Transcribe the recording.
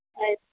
ಆಯ್ತು